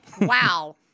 Wow